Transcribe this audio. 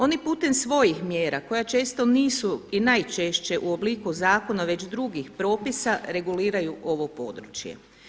Oni putem svojih mjera koja često nisu i najčešće u obliku zakona već drugih propisa reguliraju ovo područje.